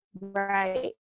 Right